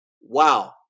Wow